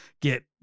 get